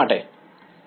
વિદ્યાર્થી